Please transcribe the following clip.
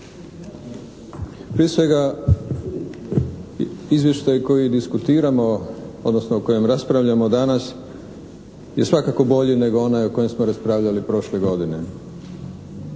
Prije svega, izvještaj koji diskutiramo odnosno o kojem raspravljamo danas je svakako bolji nego onaj o kojem smo raspravljali prošle godine.